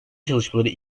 çalışmaları